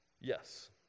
Yes